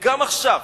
וגם עכשיו,